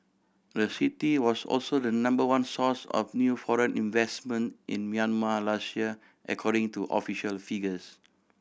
the city was also the number one source of new foreign investment in Myanmar last year according to official figures